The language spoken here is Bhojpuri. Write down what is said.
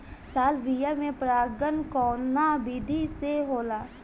सालविया में परागण कउना विधि से होला?